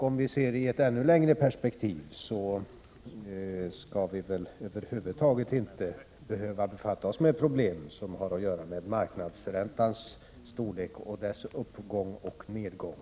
Om vi ser det i ett ännu längre perspektiv skall vi väl över huvud taget inte behöva befatta oss med problem som har att göra med marknadsräntans storlek, dess uppgång och nedgång.